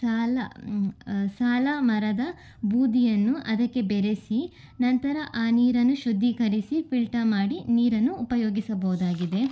ಸಾಲ ಸಾಲ ಮರದ ಬೂದಿಯನ್ನು ಅದಕ್ಕೆ ಬೆರೆಸಿ ನಂತರ ಆ ನೀರನ್ನು ಶುದ್ಧೀಕರಿಸಿ ಫಿಲ್ಟರ್ ಮಾಡಿ ನೀರನ್ನು ಉಪಯೋಗಿಸಬಹುದಾಗಿದೆ